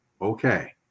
okay